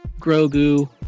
Grogu